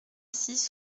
six